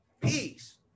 peace